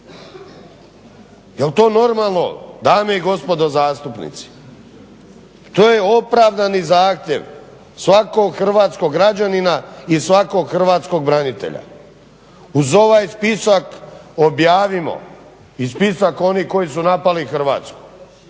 Jel to normalno, dame i gospodo zastupnici. To je opravdani zahtjev svakog hrvatskog građanina i svakog hrvatskog branitelja. Uz ovaj spisak objavimo i spisak onih koji su napali Hrvatsku